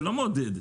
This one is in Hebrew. לא מעודד.